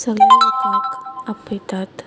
सगले लोकांक आपयतात